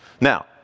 Now